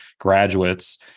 graduates